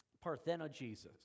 Parthenogenesis